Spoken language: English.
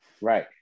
Right